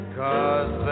cause